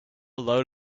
load